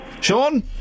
Sean